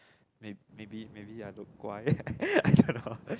may maybe maybe i look 乖 i dont know